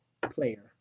player